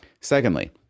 Secondly